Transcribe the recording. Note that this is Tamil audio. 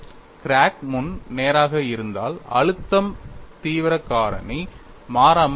கிராக் முன் நேராக இருந்தால் அழுத்த தீவிரம் காரணி மாறாமல் இருக்கும்